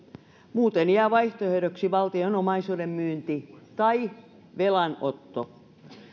muuten jää vaihtoehdoksi valtion omaisuuden myynti tai velanotto